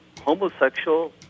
homosexual